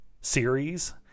series